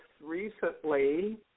recently